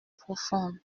profonde